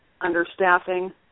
understaffing